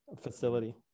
facility